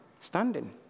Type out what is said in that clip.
standing